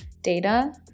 data